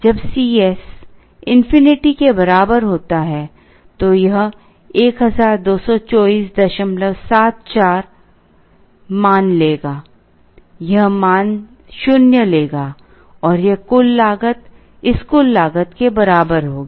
जब C s infinity के बराबर होता है तो यह 122474 मान लेगा यह मान 0 लेगा और यह कुल लागत इस कुल लागत के बराबर होगी